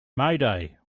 mayday